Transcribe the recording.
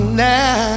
now